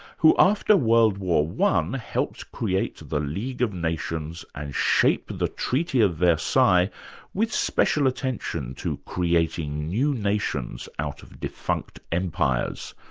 who after world war i helped create the league of nations and shape the treaty of versailles with special attention to creating new nations out of defunct empires,